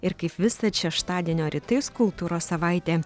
ir kaip visad šeštadienio rytais kultūros savaitė